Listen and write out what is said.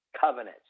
covenants